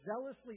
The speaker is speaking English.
zealously